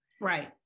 Right